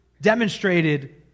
demonstrated